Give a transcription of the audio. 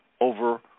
over